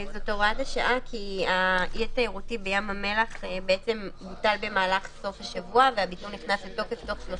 אני רואה שהוטלו 8 קנסות על שהייה של אדם במקום שפתוח לפי התו